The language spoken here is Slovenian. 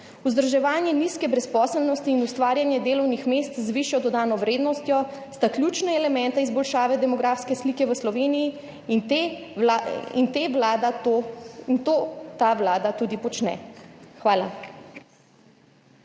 Vzdrževanje nizke brezposelnosti in ustvarjanje delovnih mest z višjo dodano vrednostjo sta ključna elementa izboljšave demografske slike v Sloveniji in to ta vlada tudi počne. Hvala.